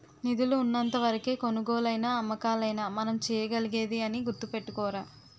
నిధులు ఉన్నంత వరకే కొనుగోలైనా అమ్మకాలైనా మనం చేయగలిగేది అని గుర్తుపెట్టుకోరా